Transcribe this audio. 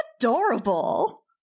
adorable